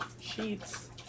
sheets